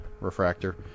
Refractor